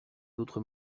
autres